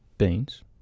beans